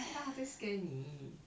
他还在 scare 你